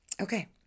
Okay